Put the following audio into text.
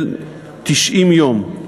של 90 יום.